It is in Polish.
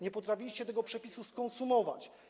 Nie potrafiliście tego przepisu skonsumować.